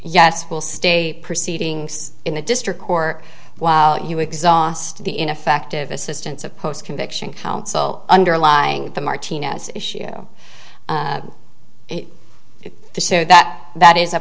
yes will stay proceedings in the district court while you exhaust the ineffective assistance of post conviction counsel underlining the martinez issue if the so that that is a